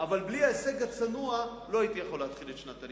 אבל בלי ההישג הצנוע לא הייתי יכול להתחיל את שנת הלימודים.